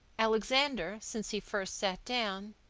alexander, since he first sat down,